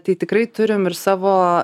tai tikrai turim ir savo